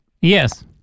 Yes